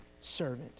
servant